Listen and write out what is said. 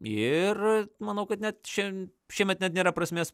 ir manau kad net šian šiemet net nėra prasmės